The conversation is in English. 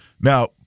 Now